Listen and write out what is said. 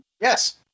Yes